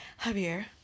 Javier